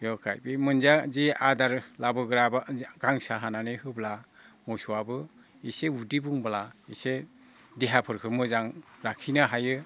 बेखायनो बे मोनजायो आदार लाबोग्रा बा गांसो हानानै होयोब्ला मोसौआबो एसे उदै बुंब्ला एसे देहाफोरखो मोजां लाखिनो हायो